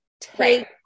take